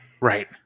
Right